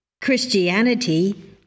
Christianity